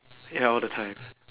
ya all the time